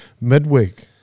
Midweek